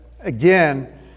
again